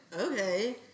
Okay